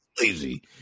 Lazy